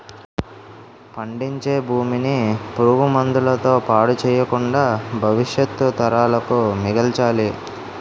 పండించే భూమిని పురుగు మందుల తో పాడు చెయ్యకుండా భవిష్యత్తు తరాలకు మిగల్చాలి